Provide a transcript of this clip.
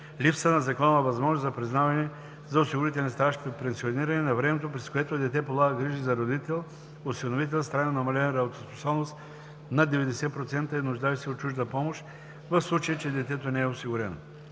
липса на законова възможност за признаване за осигурителен стаж при пенсиониране на времето, през което дете полага грижи за родител (осиновител) с трайно намалена работоспособност над 90% и нуждаещ се от чужда помощ, в случай че детето не е осигурено.